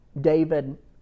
David